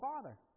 Father